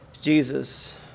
Jesus